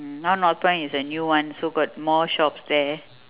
mm now northpoint is the new one so got more shops there